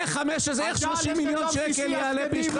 איך 30 מיליון שקל יעלה פי שניים?